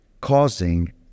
causing